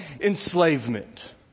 Enslavement